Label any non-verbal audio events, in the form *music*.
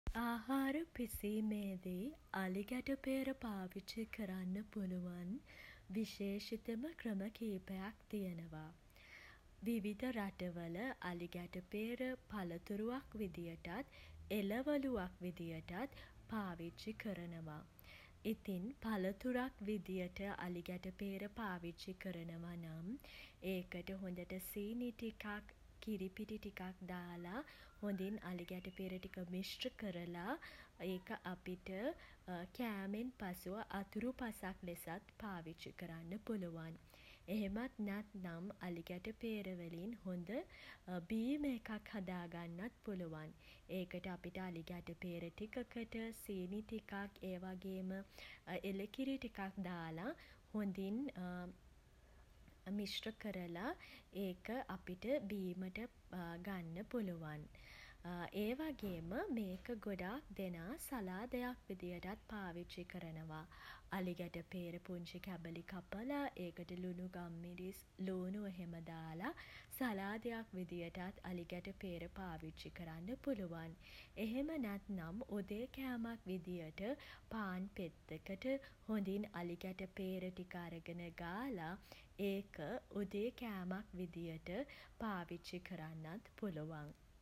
ආහාර පිසීමේදී *hesitation* අලිගැටපේර පාවිච්චි කරන්න පුළුවන් *hesitation* විශේෂිතම ක්‍රම කිහිපයක් තියෙනවා. විවිධ රටවල *hesitation* අලිගැටපේර *hesitation* පලතුරුවක් විදිහටත් *hesitation* එළවළුවක් විදියටත් *hesitation* පාවිච්චි කරනවා. ඉතින් *hesitation* පළතුරක් විදියට අලිගැටපේර පාවිච්චි කරනවා නම් *hesitation* ඒකට හොඳට සීනි ටිකක් *hesitation* කිරි පිටි ටිකක් දාලා *hesitation* හොඳින් අලිගැටපේර ටික මිශ්‍ර කරලා *hesitation* ඒක අපිට *hesitation* කෑමෙන් පසුව අතුරුපසක් ලෙසත් පාවිච්චි කරන්න පුලුවන්. එහෙමත් නැත්නම් අලිගැටපේර වලින් *hesitation* හොඳ බීම එකක් *hesitation* හදාගන්නත් පුළුවන්. ඒකට අපිට අලිගැටපේර ටිකකට *hesitation* සීනි ටිකක් *hesitation* ඒ වගේම *hesitation* එළ කිරි ටිකක් දාල *hesitation* හොඳින් *hesitation* මිශ්‍ර කරල *hesitation* ඒක *hesitation* අපිට බීමට *hesitation* ගන්න පුලුවන්. ඒ වගේම මේක ගොඩක් දෙනා සලාදයක් විදිහටත් පාවිච්චි කරනවා. අලිගැටපේර පුංචි කැබැලි කපලා *hesitation* ඒකට ලුණු ගම්මිරිස් *hesitation* ලූණු එහෙම දාලා *hesitation* සලාදයක් විදිහටත් අලිගැටපේර පාවිච්චි කරන්න පුළුවන්. එහෙම නැත්නම් *hesitation* උදේ කෑමක් විදිහට පාන් පෙත්තකට හොඳින් අලිගැටපේර ටික අරගෙන ගාලා *hesitation* ඒක උදේ කෑමක් විදියට *hesitation* පාවිච්චි කරන්නත් පුළුවන්.